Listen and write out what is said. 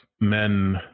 men